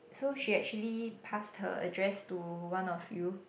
so she actually passed her address to one of you